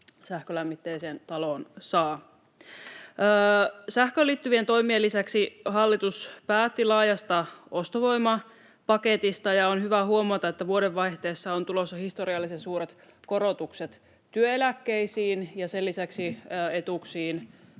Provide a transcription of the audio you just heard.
sähkölämmitteiseen taloon saavat. Sähköön liittyvien toimien lisäksi hallitus päätti laajasta ostovoimapaketista, ja on hyvä huomata, että vuodenvaihteessa on tulossa historiallisen suuret korotukset työeläkkeisiin, ja sen lisäksi eri